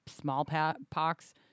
smallpox